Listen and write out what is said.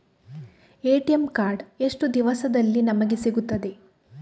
ATM card ಎಷ್ಟು ದಿವಸದಲ್ಲಿ ನಮಗೆ ಸಿಗುತ್ತದೆ?